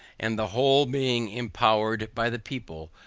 and the whole, being impowered by the people,